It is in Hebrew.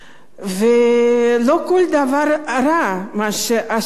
לא כל דבר רע, מה שעשו עכשיו,